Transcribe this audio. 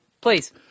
Please